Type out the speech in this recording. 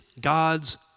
God's